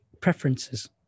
preferences